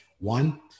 one